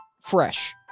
fresh